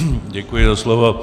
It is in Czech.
Děkuji za slovo.